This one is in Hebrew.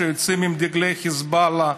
שיוצאים עם דגלי חיזבאללה,